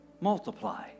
multiply